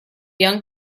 young